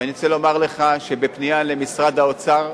ואני רוצה לומר לך שבפנייה למשרד האוצר,